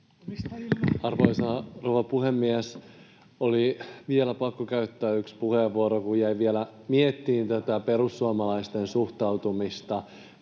Arvoisa rouva puhemies! Oli vielä pakko käyttää yksi puheenvuoro, kun jäin vielä miettimään tätä perussuomalaisten suhtautumista